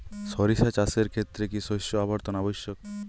সরিষা চাষের ক্ষেত্রে কি শস্য আবর্তন আবশ্যক?